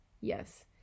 Yes